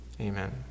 Amen